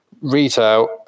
retail